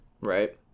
right